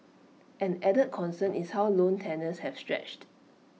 an added concern is how loan tenures have stretched